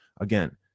Again